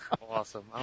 awesome